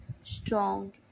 strong